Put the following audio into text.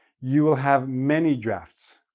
you will have many drafts.